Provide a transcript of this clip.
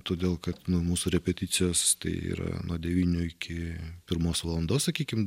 todėl kad nu mūsų repeticijos tai yra nuo devynių iki pirmos valandos sakykim